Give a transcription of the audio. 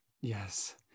yes